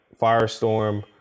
Firestorm